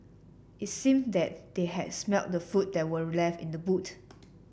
it seemed that they had smelt the food that were left in the boot